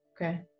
okay